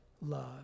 love